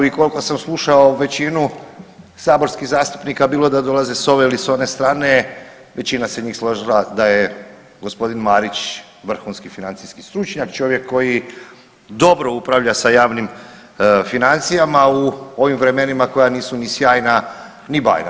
I koliko sam slušao većinu saborskih zastupnika bilo da dolaze s ove ili s one strane, većina se njih složila da je g. Marić vrhunskih financijski stručnjak, čovjek koji dobro upravlja sa javnim financijama u ovim vremenima koja nisu ni sjajna ni bajna.